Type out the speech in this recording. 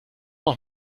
noch